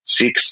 six